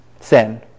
sin